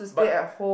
but